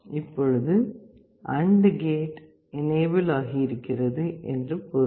இப்பொழுது AND gate enable ஆகியிருக்கிறது என்று பொருள்